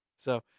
so,